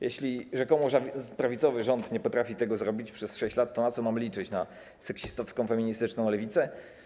Jeśli rzekomo prawicowy rząd nie potrafi tego zrobić przez 6 lat, to na co mamy liczyć, na seksistowsko-feministyczną lewicę?